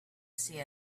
see